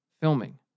filming